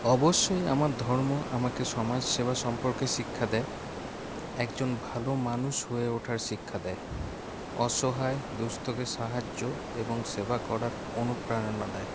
অবশ্যই আমার ধর্ম আমাকে সমাজসেবা সম্পর্কে শিক্ষা দেয় একজন ভালো মানুষ হয়ে ওঠার শিক্ষা দেয় অসহায় দুস্থকে সাহায্য এবং সেবা করার অনুপ্রেরণা দেয়